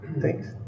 Thanks